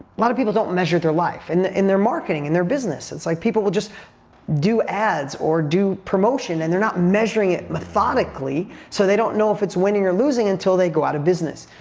lot of people don't measure their life. and in their marketing, in their business, it's like people will just do ads or do promotion and they're not measuring it methodically so they don't know if it's winning or losing until they go out of business.